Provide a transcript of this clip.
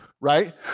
right